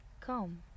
come